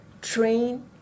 train